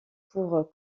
pour